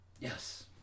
Yes